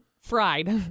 Fried